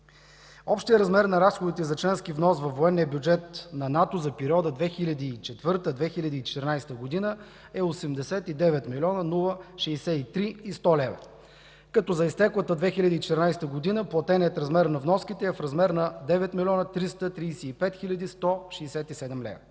Общият размер на разходите за членски внос във военния бюджет на НАТО за периода 2004 – 2014 г. е 89 млн. 063 хил. 100 лв., а за изтеклата 2014 г. платеният размер на вноските е в размер 9 млн. 335 хил. 167 лв.